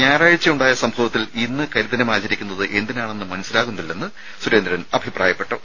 ഞായറാഴ്ചയുണ്ടായ സംഭവത്തിൽ ഇന്ന് കരിദിനം ആചരിക്കുന്നത് എന്തിനാണെന്ന് മനസ്സിലാകുന്നില്ലെന്ന് സുരേന്ദ്രൻ അഭിപ്രായപ്പെട്ടു